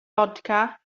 fodca